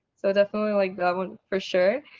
so definitely like that one for sure!